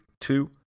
two